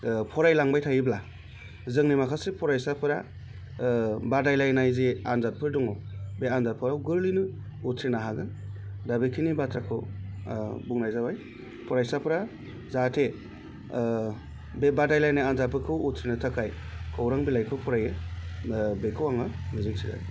फरायलांबाय थायोब्ला जोंनि माखासे फरायसाफोरा बादायलायनाय जि आन्जादफोर दङ बे आन्जादफोराव गोरलैयैनो उथ्रिनो हागोन दा बेखिनि बाथ्राखौ बुंनाय जाबाय फरायसाफ्रा जाहाथे बे बादायलायनाय आन्जादफोरखौ उथ्रिनो थाखाय खौरां बिलाइखौ फरायो बेखौ आङो मिजिं थिबाय